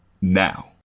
Now